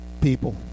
people